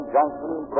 Johnson